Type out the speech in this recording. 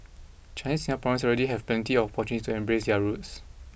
Chinese Singaporeans already have plenty of opportunities to embrace their roots